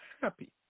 happy